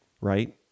right